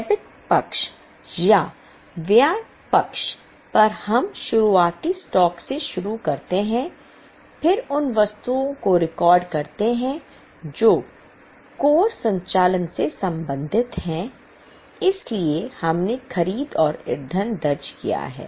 debit पक्ष या व्यय पक्ष पर हम शुरुआती स्टॉक से शुरू करते हैं फिर उन वस्तुओं को रिकॉर्ड करते हैं जो कोर संचालन से संबंधित हैं इसलिए हमने खरीद और ईंधन दर्ज किया है